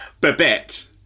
Babette